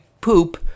poop